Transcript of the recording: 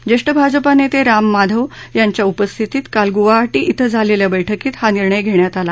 ज्येष्ठ भाजपा नेते राम माधव यांच्या उपस्थितीत काल गुवाहाटी डिं झालेल्या बैठकीत हा निर्णय घेण्यात आला